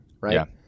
Right